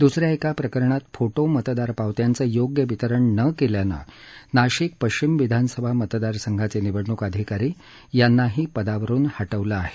द्सऱ्या एका प्रकरणात फोटो मतदार पावत्यांचं योग्य वितरण न केल्यानं नाशिक पश्चिम विधानसभा मतदार संघाचे निवडणूक अधिकारी यांनाही पदावरुन हटवलं आहे